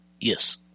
Yes